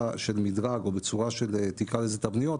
של מדרג או תקרא לזה בצורה של תבניות,